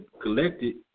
collected